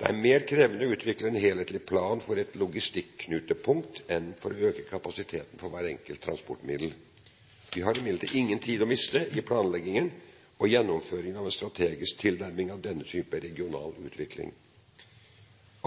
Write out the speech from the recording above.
Det er mer krevende å utvikle en helhetlig plan for et logistikknutepunkt enn å øke kapasiteten for hvert enkelt transportmiddel. Vi har imidlertid ingen tid å miste i planleggingen og gjennomføringen av en strategisk tilnærming av denne type regional utvikling.